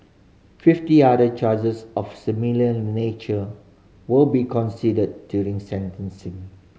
fifty other charges of similar nature will be considered during sentencing